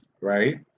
right